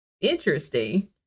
Interesting